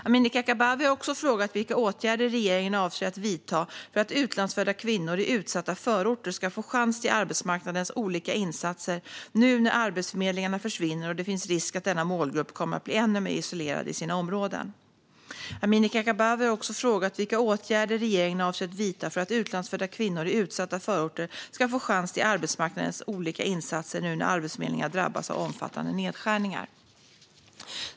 Amineh Kakabaveh har också frågat vilka åtgärder regeringen avser att vidta för att utlandsfödda kvinnor i utsatta förorter ska få chans till arbetsmarknadens olika insatser nu när arbetsförmedlingarna försvinner och det finns risk att denna målgrupp kommer att bli ännu mer isolerad i sina områden. Amineh Kakabaveh har också frågat vilka åtgärder regeringen avser att vidta för att utlandsfödda kvinnor i utsatta förorter ska få chans till arbetsmarknadens olika insatser nu när arbetsförmedlingarna drabbas av omfattande nedskärningar.